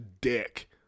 dick